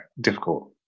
Difficult